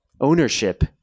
ownership